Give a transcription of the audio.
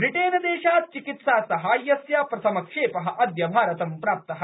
ब्रिटेनदेशात् चिकित्सासाहाय्यस्य प्रथमक्षेपः अद्य भारतम् प्राप्तः